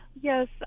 Yes